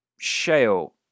Shale